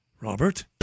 Robert